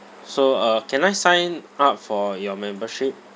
so uh can I sign up for your membership